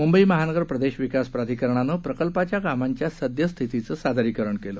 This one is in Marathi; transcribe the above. मुंबई महानगर प्रदेश विकास प्राधिकरणानं प्रकल्पाच्या कामांच्या सद्यस्थितीचं सादरीकरण केलं